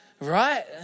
Right